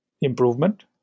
improvement